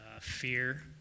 Fear